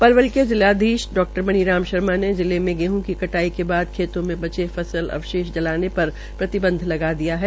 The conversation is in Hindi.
पलवल के जिलाधीश डा मनी राम शर्मा ने जिले में गेहं की कटाई के बाद खेतों में बचे फसल अवशेष जलाने पर प्रतिबंध लगा दिया है